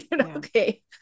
okay